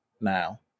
now